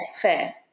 fair